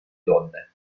donne